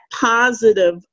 positive